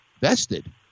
vested